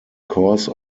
course